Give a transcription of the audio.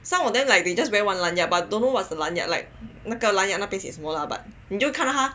some of them like they just wear one lanyard but don't know what's the lanyard like lanyard 那个 lanyard 写什么啦你就看他